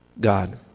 God